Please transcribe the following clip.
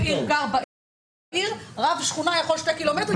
גר בעיר, רב שכונה יכול להיות במרחק שני קילומטר.